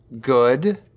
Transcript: good